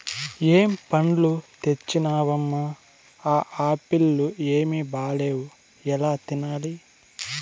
ఏం పండ్లు తెచ్చినవమ్మ, ఆ ఆప్పీల్లు ఏమీ బాగాలేవు ఎలా తినాలి